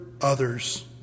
others